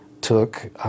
took